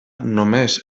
només